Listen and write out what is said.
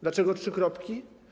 Dlaczego trzy kropki?